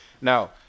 Now